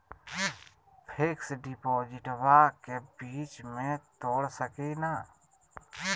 Fix डिपोजिटबा के बीच में तोड़ सकी ना?